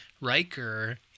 Riker